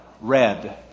red